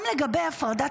גם לגבי הפרדת